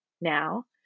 now